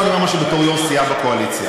עכשיו אני אומר משהו בתור יו"ר סיעה בקואליציה.